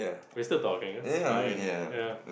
Mister fine ya